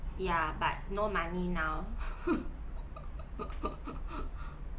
ya but no money now